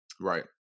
Right